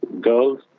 girls